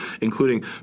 including